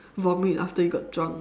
vomit after you got drunk